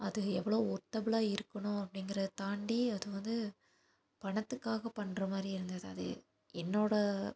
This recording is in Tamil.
அது எவ்வளோ ஒர்த்தபுளாக இருக்கணும் அப்படிங்கிறத தாண்டி அது வந்து பணத்துக்காக பண்ணுற மாதிரி இருந்தது அது என்னோடய